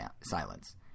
silence